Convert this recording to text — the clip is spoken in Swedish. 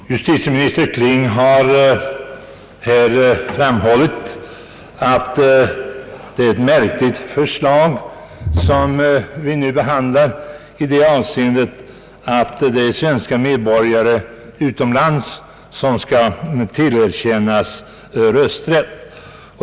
Herr talman! Justitieminister Kling har framhållit att det är ett märkligt förslag som vi nu behandlar, nämligen att svenska medborgare, som är bosatta utomlands, skall tillerkännas rösträtt.